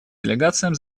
делегациям